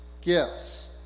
gifts